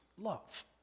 love